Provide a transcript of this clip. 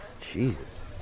Jesus